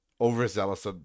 overzealous